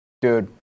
Dude